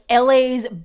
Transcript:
LA's